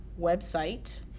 website